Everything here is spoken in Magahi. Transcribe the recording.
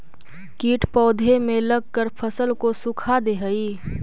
कीट पौधे में लगकर फसल को सुखा दे हई